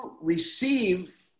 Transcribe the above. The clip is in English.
receive